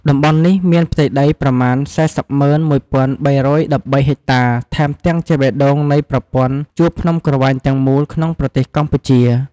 តំបន់នេះមានផ្ទៃដីប្រមាណ៤០១,៣១៣ហិចតាថែមទាំងជាបេះដូងនៃប្រព័ន្ធជួរភ្នំក្រវាញទាំងមូលក្នុងប្រទេសកម្ពុជា។